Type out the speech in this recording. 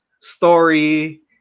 story